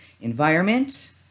environment